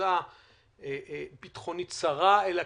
כתפיסה ביטחונית צרה, אלא